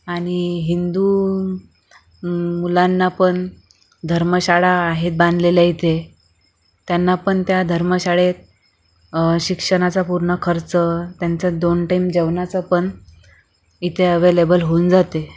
आणि हिंदू मुलांना पण धर्मशाळा आहेत बांधलेल्या इथे त्यांना पण त्या धर्मशाळेत शिक्षणाचा पूर्ण खर्च त्यांचं दोन टाइम जेवणाचं पण इथे अवैलेबल होऊन जाते